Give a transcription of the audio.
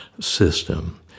system